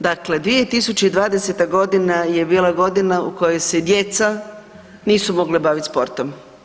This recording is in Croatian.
Dakle, 2020. godina je bila godina u kojoj se djeca nisu mogla baviti sportom.